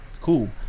cool